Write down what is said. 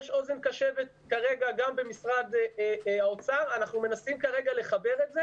יש אוזן קשבת כרגע גם במשרד האוצר ואנחנו מנסים כרגע לחבר את זה